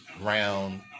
round